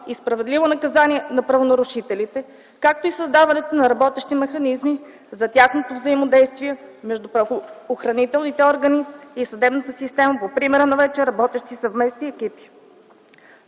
и справедливо наказание на правонарушителите, както и създаването на работещи механизми за тяхното взаимодействие между правоохранителните органи и съдебната система по примера на вече работещи съвместни екипи.